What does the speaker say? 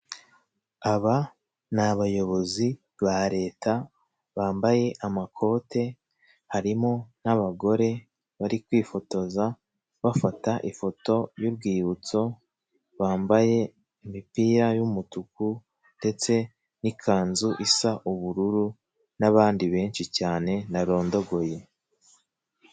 Aba ni abayobozi ba leta bambaye amakote harimo n'abagore bari kwifotoza, bafata ifoto y'urwibutso bambaye imipira y'umutuku ndetse n'ikanzu isa ubururu n'abandi benshi cyane ntarondogoye.